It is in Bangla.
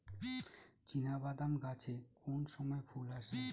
চিনাবাদাম গাছে কোন সময়ে ফুল আসে?